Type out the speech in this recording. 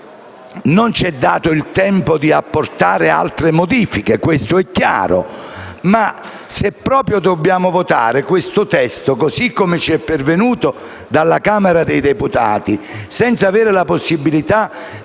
Non c'è dato il tempo di apportare altre modifiche, questo è chiaro, ma se proprio dobbiamo votare questo testo così come ci è pervenuto dalla Camera dei deputati, senza avere la possibilità di